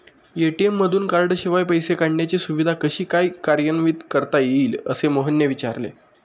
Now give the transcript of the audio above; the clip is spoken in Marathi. ए.टी.एम मधून कार्डशिवाय पैसे काढण्याची सुविधा कशी काय कार्यान्वित करता येईल, असे मोहनने विचारले